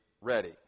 ready